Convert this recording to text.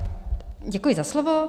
Děkuji za slovo.